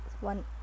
one